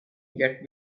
yet